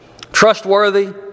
Trustworthy